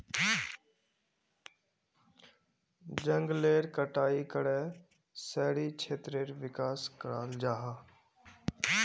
जनगलेर कटाई करे शहरी क्षेत्रेर विकास कराल जाहा